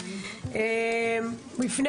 בפני